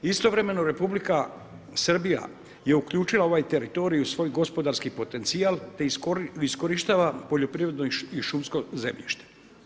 Istovremeno Republika Srbija je uključila ovaj teritorij u svoj gospodarski potencijal, te iskorištava poljoprivredno i šumsko zemljište.